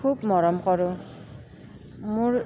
খুব মৰম কৰোঁ মোৰ